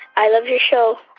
i love your show.